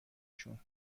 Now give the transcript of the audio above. شون